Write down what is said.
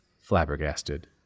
flabbergasted